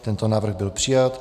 Tento návrh byl přijat.